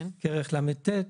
כרך ל"ט,